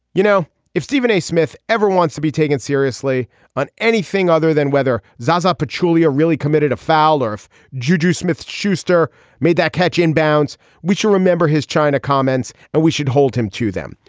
you know if stephen a smith ever wants to be taken seriously on anything other than whether zaza pachulia really committed a foul or if juju smith schuster made that catch inbounds we should remember his china comments. and we should hold him to them.